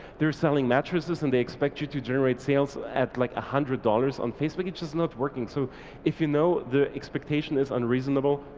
they're selling mattresses and they expect you to generate sales at like one hundred dollars on facebook, which is not working. so if you know the expectation is unreasonable,